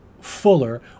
Fuller